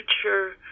future